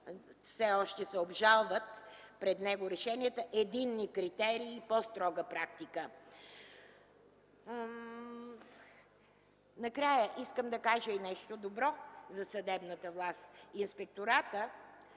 решенията се обжалват пред него, единни критерии и по-строга практика. Накрая искам да кажа и нещо добро за съдебната власт. Инспекторатът